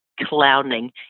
clowning